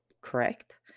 correct